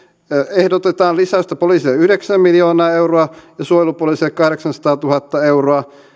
ehdotetaan lisäystä poliisille yhdeksän miljoonaa euroa ja suojelupoliisille kahdeksansataatuhatta euroa